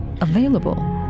Available